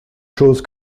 chose